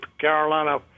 Carolina